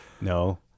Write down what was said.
No